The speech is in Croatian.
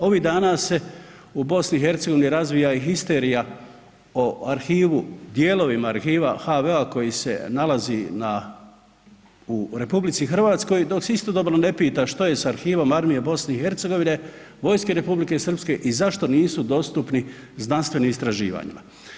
Ovih dana se u Bosni i Hercegovini razvija i histerija o arhivu, dijelovima arhiva HV-a koji se nalazi u RH dok se istodobno ne pita što je sa arhivom armije BiH-a, vojske Republike Srpske i zašto nisu dostupni znanstvenim istraživanjima.